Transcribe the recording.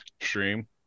stream